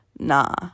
Nah